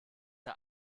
der